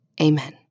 Amen